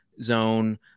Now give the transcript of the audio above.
zone